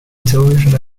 television